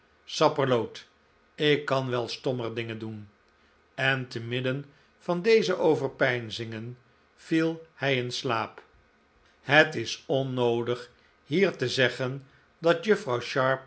sapperloot ik kan wel stommer dingen doen en te midden van deze overpeinzingen viel hij in slaap het is onnoodig hier te zeggen dat juffrouw